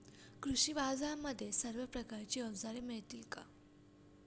कृषी बाजारांमध्ये सर्व प्रकारची अवजारे मिळतील का?